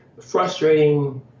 frustrating